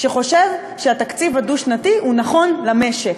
שחושב שהתקציב הדו-שנתי הוא נכון למשק,